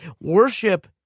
Worship